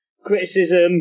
criticism